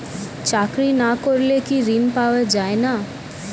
চাকরি না করলে কি ঋণ পাওয়া যায় না?